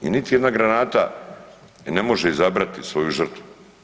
I niti jedna granata ne može izabrati svoju žrtvu.